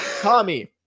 Tommy